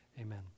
Amen